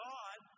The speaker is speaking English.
God